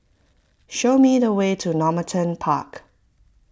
show me the way to Normanton Park